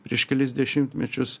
prieš kelis dešimtmečius